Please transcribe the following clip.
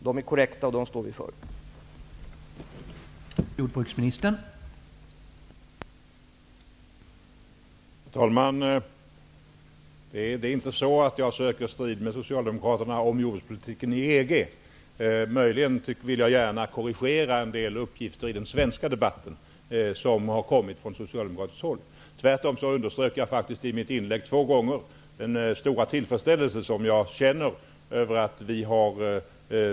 De är korrekta, och vi står för dem.